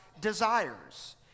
desires